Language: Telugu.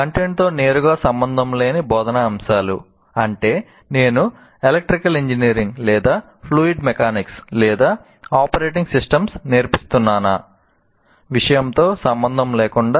కంటెంట్తో నేరుగా సంబంధం లేని బోధనా అంశాలు అంటే నేను ఎలక్ట్రికల్ ఇంజనీరింగ్ నేర్పిస్తున్నానా విషయంతో సంబంధం లేకుండా